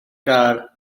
gar